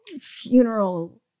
funeral